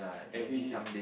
every